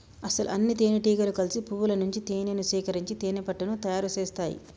అసలు అన్నితేనెటీగలు కలిసి పువ్వుల నుంచి తేనేను సేకరించి తేనెపట్టుని తయారు సేస్తాయి